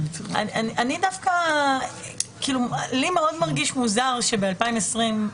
לי מרגיש מאוד מוזר שב-2022,